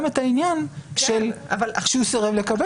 נכון, אבל הוא כולל גם את העניין שהוא סירב לקבל.